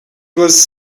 was